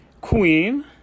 queen